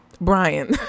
Brian